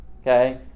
okay